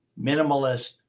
minimalist